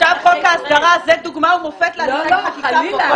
עכשיו חוק ההסדרה זה דוגמה ומופת לחקיקה?